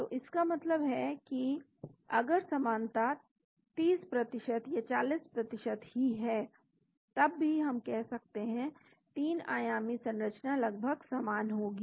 तो इसका मतलब है कि अगर समानता 30 या 40 ही है तब भी हम कह सकते हैं 3 आयामी संरचना लगभग समान होगी